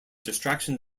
distraction